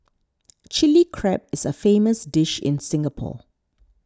Chilli Crab is a famous dish in Singapore